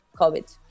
COVID